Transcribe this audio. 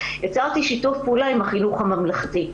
יצרתי שיתוף פעולה עם החינוך הממלכתי.